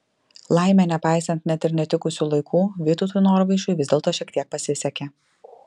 laimė nepaisant net ir netikusių laikų vytautui norvaišui vis dėlto šiek tiek pasisekė